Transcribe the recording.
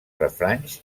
refranys